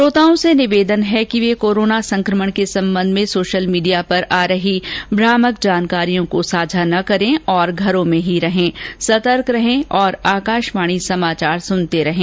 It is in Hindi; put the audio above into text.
श्रोताओं से निवेदन है कि वे कोरोना संकमण के संबंध में सोशल मीडिया पर आ रही भ्रामक जानकारियों को साझा न करें और घरों में ही रहें सतर्क रहें और आकाशवाणी समाचार सुनते रहें